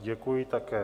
Děkuji také.